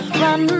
run